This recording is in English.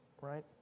Right